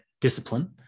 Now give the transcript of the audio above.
discipline